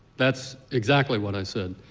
that's exactly what i said.